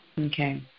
Okay